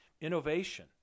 innovation